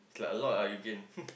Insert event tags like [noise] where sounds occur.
it's like a lot ah you gain [laughs]